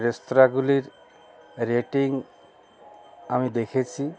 রেস্তোরাঁগুলির rating আমি দেখেছি